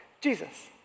Jesus